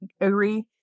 agree